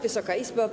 Wysoka Izbo!